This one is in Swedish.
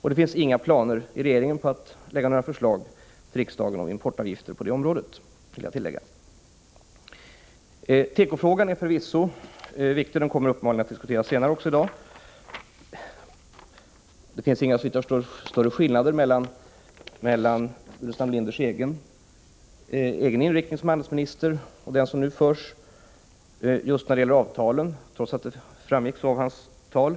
Regeringen har inga planer på att lägga fram några förslag till riksdagen om importavgifter på det området, vill jag tillägga. Tekofrågan är förvisso viktig. Den kommer uppenbarligen att diskuteras också senare i dag. Det finns, såvitt jag förstår, inga större skillnader mellan Burenstam Linders egen inriktning som handelsminister och den politik som nu förs just när det gäller avtalen, trots att Burenstam Linder ville låta detta framgå av sitt tal.